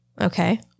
Okay